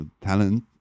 talent